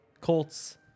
Colts